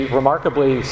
remarkably